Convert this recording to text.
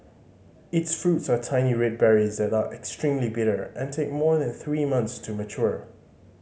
its fruits are tiny red berries that are extremely bitter and take more than three months to mature